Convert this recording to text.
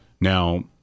Now